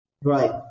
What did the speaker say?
Right